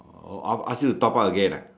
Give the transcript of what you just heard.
oh ask ask you to top up again ah